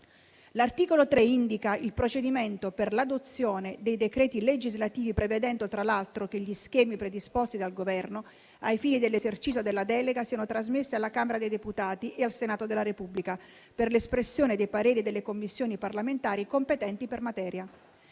L'articolo 3 indica il procedimento per l'adozione dei decreti legislativi, prevedendo, tra l'altro, che gli schemi predisposti dal Governo ai fini dell'esercizio della delega siano trasmessi alla Camera dei deputati e al Senato della Repubblica per l'espressione dei pareri delle Commissioni parlamentari competenti per materia.